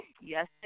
Yes